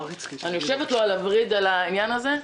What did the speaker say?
אני יושבת לו על הווריד בעניין הזה.